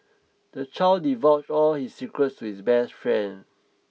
the child divulged all his secrets to his best friend